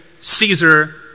Caesar